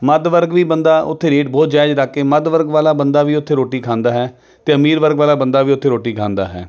ਮੱਧਵਰਗ ਵੀ ਬੰਦਾ ਉੱਥੇ ਰੇਟ ਬਹੁਤ ਜਾਇਜ਼ ਰੱਖ ਕੇ ਮੱਧ ਵਰਗ ਵਾਲਾ ਬੰਦਾ ਵੀ ਉੱਥੇ ਰੋਟੀ ਖਾਂਦਾ ਹੈ ਅਤੇ ਅਮੀਰ ਵਰਗ ਵਾਲਾ ਬੰਦਾ ਵੀ ਉੱਥੇ ਰੋਟੀ ਖਾਂਦਾ ਹੈ